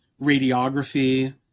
radiography